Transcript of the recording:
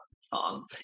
songs